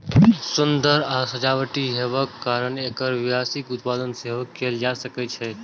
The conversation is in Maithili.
सुंदर आ सजावटी हेबाक कारणें एकर व्यावसायिक उत्पादन सेहो कैल जा सकै छै